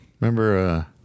Remember